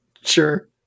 Sure